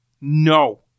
No